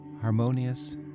harmonious